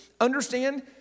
understand